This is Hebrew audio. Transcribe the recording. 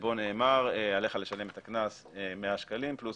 שבו נאמר: עליך לשלם את הקנס 100 שקלים פלוס